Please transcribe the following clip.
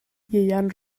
ieuan